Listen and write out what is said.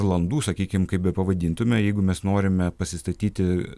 landų sakykim kaip bepavadintume jeigu mes norime pasistatyti